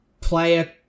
player